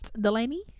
Delaney